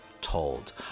told